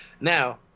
Now